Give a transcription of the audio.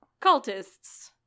cultists